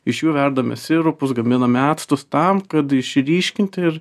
iš jų verdame sirupus gaminame actus tam kad išryškinti ir